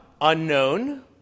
unknown